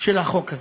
של החוק הזה,